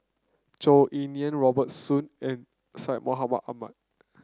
Zhou Ying Nan Robert Soon and Syed Mohamed Ahmed